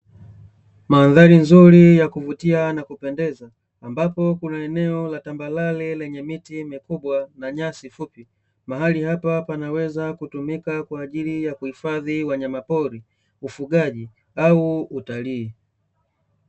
Mandhari nzuri ya kuvutia na kupendeza ambapo kuna eneo la tambarare lenye miti mikubwa na nyasi fupi. Mahali hapa panaweza kutumika kwa ajili ya kuifadhi wanyamapori, ufugaji au utalii.